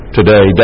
today